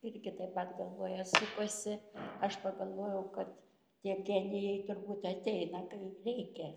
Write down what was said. irgi taip pat galvoje sukosi aš pagalvojau kad tie genijai turbūt ateina kai reikia